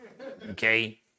okay